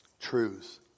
Truth